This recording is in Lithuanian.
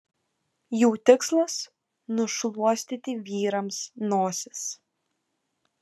jų tikslas nušluostyti vyrams nosis